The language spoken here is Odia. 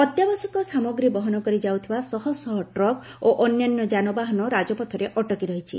ଅତ୍ୟାବଶ୍ୟକ ସାମଗ୍ରୀବହନ କରି ଯାଉଥିବା ଶହଶହ ଟ୍ରକ୍ ଓ ଅନ୍ୟାନ୍ୟ ଯାନବାହାନ ରାଜପଥରେ ଅଟକି ରହିଛି